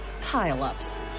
pile-ups